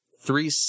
Three